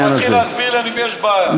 כשאתה מתחיל להסביר לי אני מבין שיש בעיה.